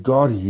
God